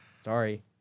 Sorry